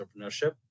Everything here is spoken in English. entrepreneurship